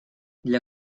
для